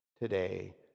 today